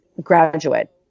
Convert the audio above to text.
graduate